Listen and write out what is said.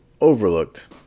overlooked